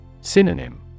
Synonym